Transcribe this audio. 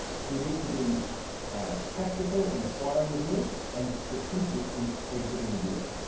so you need to be tactical in acquiring the deal and strategic in exiting the deal.